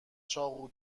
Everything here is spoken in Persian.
چاقو